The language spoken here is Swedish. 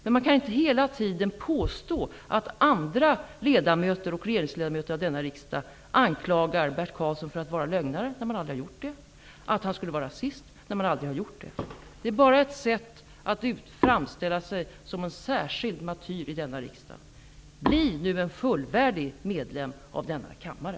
Men man kan inte hela tiden påstå att andra ledamöter av denna riksdag och regeringsledamöter anklagar Bert Karlsson för att vara lögnare och för att vara rasist, när det aldrig har gjorts. Det är bara ett sätt att framställa sig som en särskild martyr i denna riksdag. Bli nu en fullvärdig medlem av denna kammare.